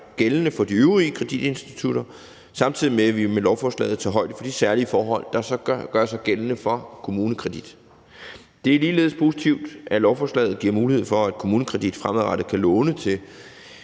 gældende for de øvrige kreditinstitutter, samtidig med at vi jo med lovforslaget tager højde for de særlige forhold, der gør sig gældende for KommuneKredit. Det er ligeledes positivt, at lovforslaget giver mulighed for, at KommuneKredit fremadrettet kan låne til